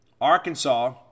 Arkansas